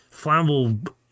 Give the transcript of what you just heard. flammable